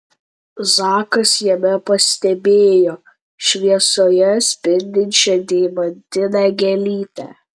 zakas jame pastebėjo šviesoje spindinčią deimantinę gėlytę